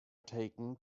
taken